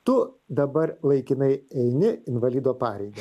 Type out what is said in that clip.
tu dabar laikinai eini invalido pareigas